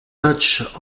matchs